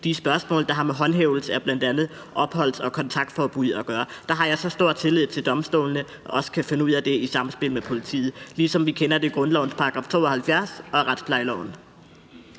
de spørgsmål, der har med håndhævelse af bl.a. opholds- og kontaktforbud at gøre. Der har jeg stor tillid til domstolene, altså til at de også kan finde ud af det i samspil med politiet, ligesom vi kender det i grundlovens § 72 og i retsplejeloven.